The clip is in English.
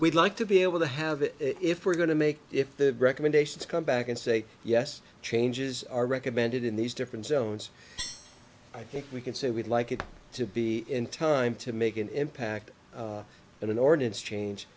we'd like to be able to have it if we're going to make if the recommendations come back and say yes changes are recommended in these different sounds i think we can say we'd like it to be in time to make an impact in an ordinance change